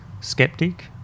skeptic